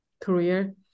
career